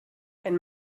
ein